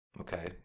Okay